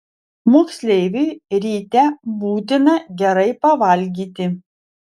moksleiviui ryte būtina gerai pavalgyti